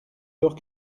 lors